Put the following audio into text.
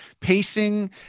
pacing